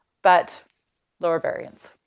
but lower variance.